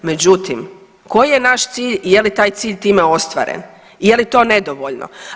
Međutim, koji je naš cilj i je li taj cilj time ostvaren i je li to nedovoljno?